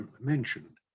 mentioned